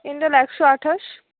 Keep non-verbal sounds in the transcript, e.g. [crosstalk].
[unintelligible] একশো আঠাশ